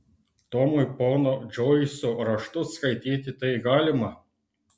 tomui pono džoiso raštus skaityti tai galima